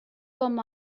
com